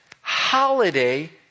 holiday